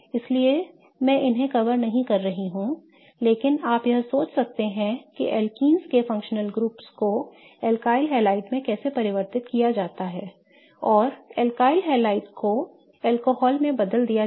इसलिए मैं इन्हें कवर नहीं कर रहा हूं लेकिन आप यह सोच सकते हैं कि एल्कीन्स के फंक्शनल ग्रुप को एल्काइल हलाइड में कैसे परिवर्तित किया जाए और एल्काइल हलाइड को अल्कोहल में बदल दिया जाए